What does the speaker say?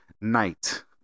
night